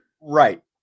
Right